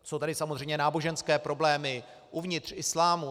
Jsou tady samozřejmě náboženské problémy uvnitř islámu.